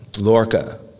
Lorca